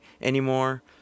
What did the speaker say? anymore